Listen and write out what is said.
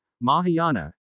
Mahayana